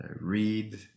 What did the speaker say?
read